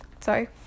Sorry